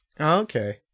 Okay